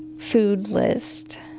food list.